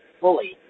fully